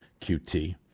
QT